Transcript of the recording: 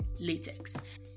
latex